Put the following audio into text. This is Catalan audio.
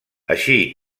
així